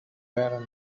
baron